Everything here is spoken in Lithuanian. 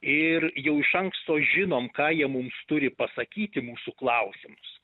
ir jau iš anksto žinom ką jie mums turi pasakyti mūsų klausimus